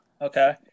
Okay